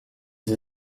sie